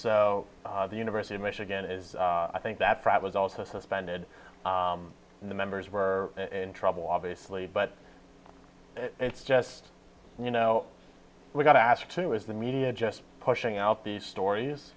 so the university of michigan is i think that pratt was also suspended in the members were in trouble obviously but it's just you know we're going to have to is the media just pushing out these stories